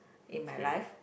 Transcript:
in my life